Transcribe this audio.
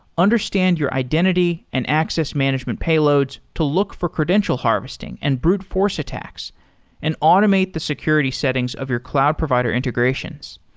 understand your identity and access management payloads to look for credential harvesting and brute force attacks and automate the security settings of your cloud provider integrations.